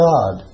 God